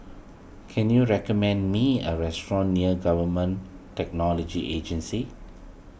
can you recommend me a restaurant near Government Technology Agency